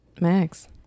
max